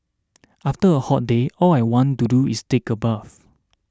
after a hot day all I want to do is take a bath